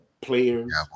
players